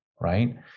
right